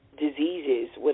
diseases